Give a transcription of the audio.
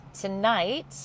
Tonight